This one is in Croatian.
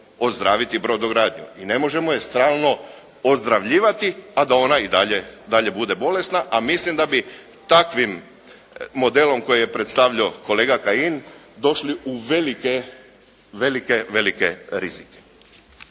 ozdraviti brodogradnju i ne možemo je stalno ozdravljivati a da ona i dalje bude bolesna, a mislim da bi takvim modelom koji je predstavljao kolega Kajin, došli u velike velike rizike.